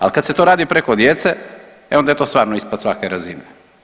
Ali kad se to radi preko djece, e onda je to stvarno ispod svake razine.